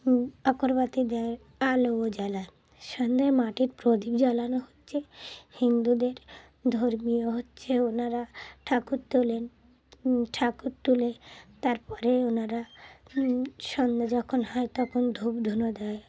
আগরবাতি দেয় আলোও জ্বালায় সন্ধ্যায় মাটির প্রদীপ জ্বালানো হচ্ছে হিন্দুদের ধর্মীয় হচ্ছে ওনারা ঠাকুর তোলেন ঠাকুর তুলে তারপরে ওনারা সন্ধ্যা যখন হয় তখন ধূপধুনো দেয়